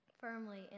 firmly